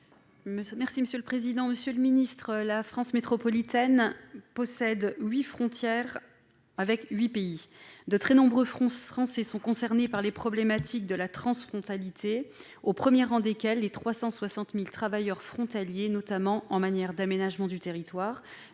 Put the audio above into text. de l'Europe et des affaires étrangères. La France métropolitaine a des frontières avec huit pays. De très nombreux Français sont donc concernés les problématiques de la transfrontalité, au premier rang desquels les 360 000 travailleurs frontaliers, notamment en matière d'aménagement du territoire,